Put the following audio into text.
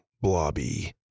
blobby